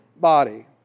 body